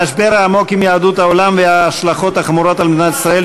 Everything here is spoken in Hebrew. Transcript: המשבר העמוק עם יהדות העולם וההשלכות החמורות על מדינת ישראל,